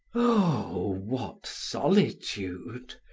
oh what solitude!